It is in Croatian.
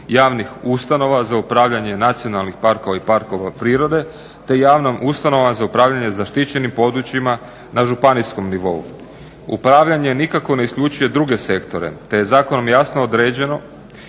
javnih ustanova za upravljanje nacionalnih parkova i parkova prirode te javna ustanova za upravljanje zaštićenim područjima na županijskom nivou. Upravljanje nikako ne isključuje druge sektore te je zakonom jasno određeno